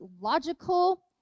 logical